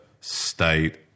state